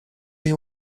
you